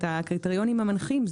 את הקריטריונים המנחים,